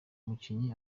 mukinyi